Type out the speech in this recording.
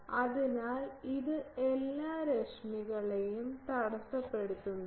അതിനാൽ ഇത് എല്ലാ രശ്മികളെയും തടസ്സപ്പെടുത്തുന്നില്ല